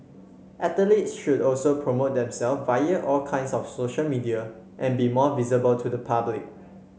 athletes should also promote themself via all kinds of social media and be more visible to the public